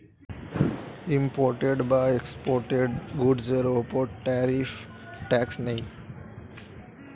imported বা exported গুডসের উপর ট্যারিফ ট্যাক্স নেয়